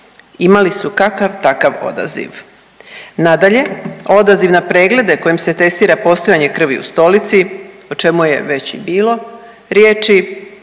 imali su kakav-takav odaziv. Nadalje, odaziv na preglede kojim se testiranje postojanje krvi u stolici, o čemu je već i bilo riječi,